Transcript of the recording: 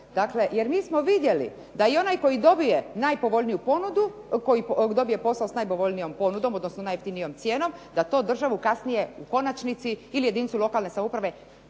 najpovoljniju ponudu, koji dobije posao sa najpovoljnijom ponudom, odnosno najjeftinijom cijenom da to državu kasnije u konačnici ili jedinicu lokalne samouprave